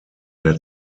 der